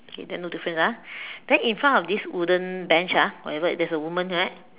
okay there no differences ah then in front of this wooden bench ah whatever it is there's woman right